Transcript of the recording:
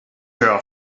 girl